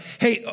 hey